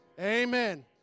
amen